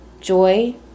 joy